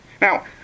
Now